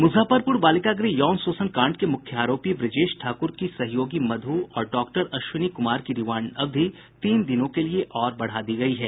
मूजफ्फरपूर बालिका गृह यौन शोषण कांड के मूख्य आरोपी ब्रजेश ठाक्र की सहयोगी मध् और डॉक्टर अश्विनी कुमार की रिमांड अवधि तीन दिनों के लिए और बढ़ा दी है